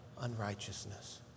unrighteousness